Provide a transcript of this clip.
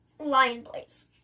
Lionblaze